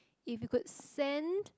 if you could send